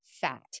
fat